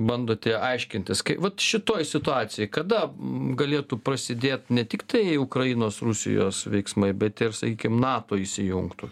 bandote aiškintis vat šitoj situacijoj kada galėtų prasidėt ne tiktai ukrainos rusijos veiksmai bet ir sakykim nato įsijungtų